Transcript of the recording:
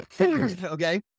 okay